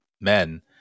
men